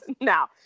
now